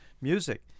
music